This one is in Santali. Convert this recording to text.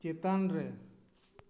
ᱪᱮᱛᱟᱱ ᱨᱮ